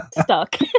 stuck